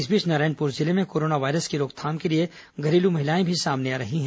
इस बीच नारायणपुर जिले में कोरोना वायरस की रोकथाम के लिए घरेलू महिलाएं भी सामने आ रही हैं